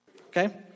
Okay